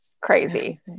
crazy